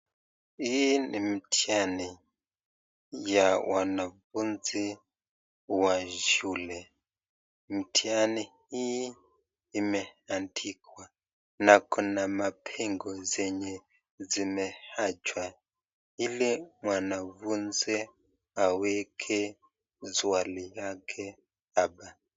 Hii ni mtihani ya wanafunzi wa shule. Mtihani hii imeandikwa na kuna mapengo ambazo zimeachwa ili mwanafunzi aweke maswali yake hapa.